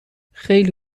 خیلی